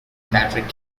patrick